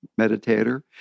meditator